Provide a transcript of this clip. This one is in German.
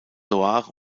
loire